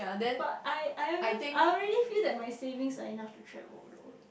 but I I haven't I already feel that my savings are enough to travel though